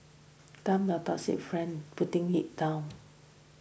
dump your toxic friends putting it down